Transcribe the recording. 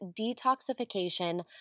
detoxification